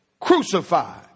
crucified